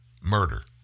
murder